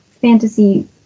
fantasy